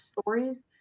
stories